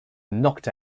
knocked